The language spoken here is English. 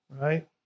right